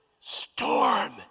storm